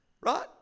Right